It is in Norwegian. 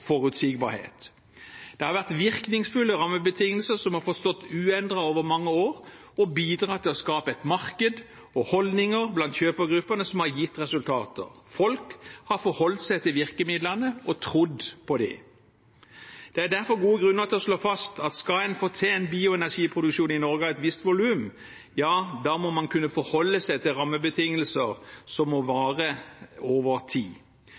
forutsigbarhet. Det har vært virkningsfulle rammebetingelser som har fått stå uendret over mange år, og som har bidratt til å skape et marked og holdninger blant kjøpegruppene som har gitt resultater. Folk har forholdt seg til virkemidlene og trodd på dem. Det er derfor gode grunner til å slå fast at skal en få til en bioenergiproduksjon i Norge av et visst volum, må man kunne forholde seg til rammebetingelser som må vare over tid.